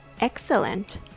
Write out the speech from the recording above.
excellent